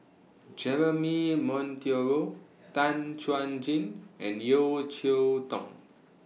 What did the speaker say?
Jeremy Monteiro Tan Chuan Jin and Yeo Cheow Tong